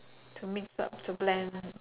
to mix up to blend